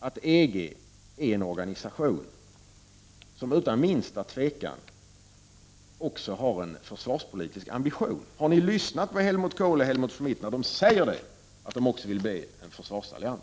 att EG är en organisation som utan minsta tvivel också har en försvarspolitisk ambition? Har ni lyssnat på Helmut Kohl och Helmut Schmidt, som säger att de vill att EG också skall bli en försvarsallians?